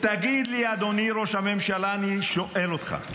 תגיד לי, אדוני ראש הממשלה, אני שואל אותך,